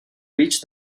reached